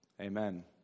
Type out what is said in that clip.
Amen